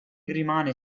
rimane